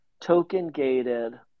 token-gated –